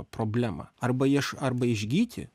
problemą arba ieš arba išgyti